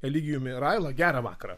eligijumi raila gerą vakarą